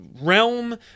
realm